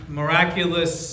miraculous